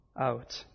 out